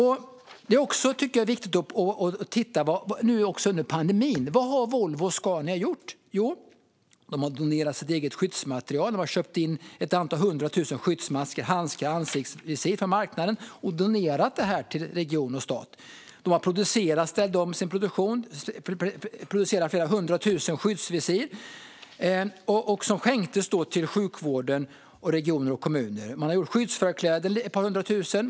Det är också viktigt att titta på vad Volvo och Scania har gjort under pandemin. De har donerat eget skyddsmaterial. De har köpt in ett antal hundra tusen skyddsmasker, handskar och ansiktsvisir från marknaden och donerat till regioner och stat. De har ställt om sin produktion och producerat flera hundra tusen skyddsvisir och skänkt till sjukvården och regioner och kommuner. De har producerat ett par hundra tusen skyddsförkläden.